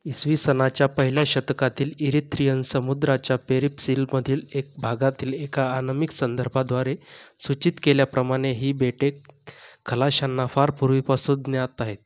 इसवी सनाच्या पहिल्या शतकातील एरिथ्रीयन समुद्राच्या पेरिप्लसमधील एका भागातील एका अनामिक संदर्भाद्वारे सूचित केल्याप्रमाणे ही बेटे खलाशांना फार पूर्वीपासून ज्ञात आहेत